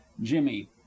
jimmy